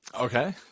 Okay